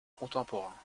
contemporains